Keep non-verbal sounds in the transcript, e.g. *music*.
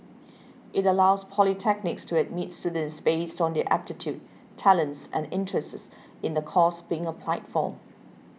*noise* it allows polytechnics to admit students based on their aptitude talents and interests in the course being applied for